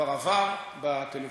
כבר עבר בטלוויזיה.